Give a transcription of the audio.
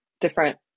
different